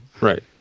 Right